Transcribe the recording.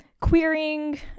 queering